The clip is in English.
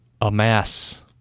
amass